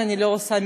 אני מבקש.